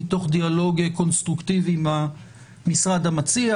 מתוך דיאלוג קונסטרוקטיבי עם המשרד המציע,